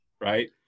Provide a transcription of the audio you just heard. right